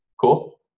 Cool